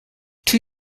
two